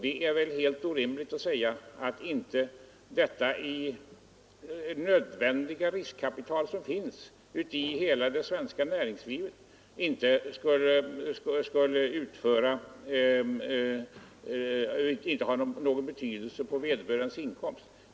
Det är helt orimligt att säga att det nödvändiga riskkapital som finns i hela det svenska näringslivet inte skulle ha någon betydelse för vederbörandes inkomst.